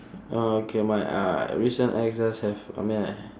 okay my uh recent ex just have I mean uh